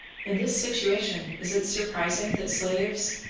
in this situation is it surprising that slaves,